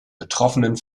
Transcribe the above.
betroffenen